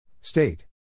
State